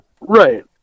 right